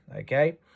okay